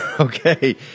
Okay